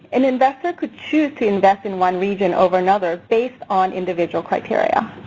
an investor could choose to invest in one region over another based on individual criteria.